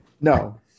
No